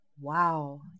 Wow